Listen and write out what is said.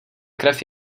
krev